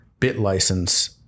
BitLicense